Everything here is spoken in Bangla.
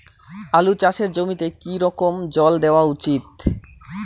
আলু চাষের জমিতে কি রকম জল দেওয়া উচিৎ?